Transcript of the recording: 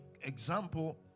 example